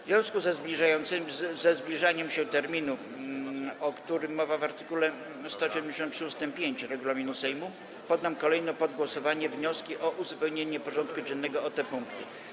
W związku ze zbliżaniem się terminu, o którym mowa w art. 173 ust. 5 regulaminu Sejmu, poddam kolejno pod głosowanie wnioski o uzupełnienie porządku dziennego o te punkty.